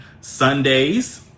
Sundays